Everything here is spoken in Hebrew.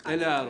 ההערות.